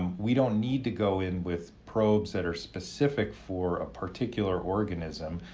um we don't need to go in with probes that are specific for a particular organism,